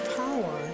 power